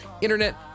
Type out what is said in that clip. internet